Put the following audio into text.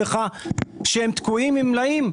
שהם תקועים עם מלאים.